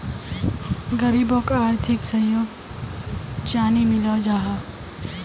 गरीबोक आर्थिक सहयोग चानी मिलोहो जाहा?